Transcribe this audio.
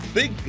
big